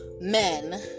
men